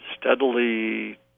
steadily